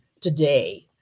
today